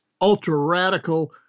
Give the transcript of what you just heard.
ultra-radical